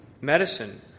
Medicine